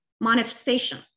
manifestation